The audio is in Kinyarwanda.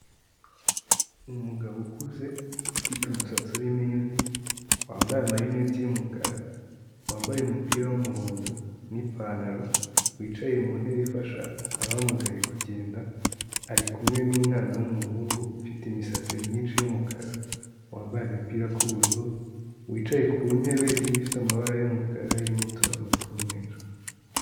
Umugabo ukuze ufite umusatsi urimo imvi, wambaye amarineti y'umukara, wambaye umupira w'umuhondo n'ipantaro, wicaye mu ntebe ifasha abamugaye kugenda, ari kumwe n'umwana w'umuhungu ufite imisatsi myinshi y'umukara, wambaye agapira k'ubururu, wicaye ku ntebe ifite amabara y'umukara, irimo uturongo tw'umweru.